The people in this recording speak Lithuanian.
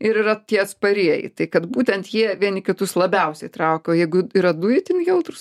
ir yra tie atsparieji tai kad būtent jie vieni kitus labiausiai traukia o jeigu yra du itin jautrūs